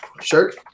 Shirt